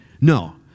No